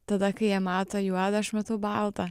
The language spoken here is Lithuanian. tada kai jie mato juodą aš matau baltą